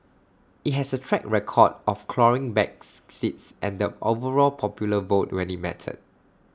IT has A track record of clawing backs seats and the overall popular vote when IT mattered